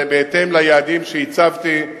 זה בהתאם ליעדים שהצבתי,